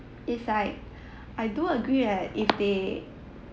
is like I do agree that if they